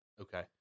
Okay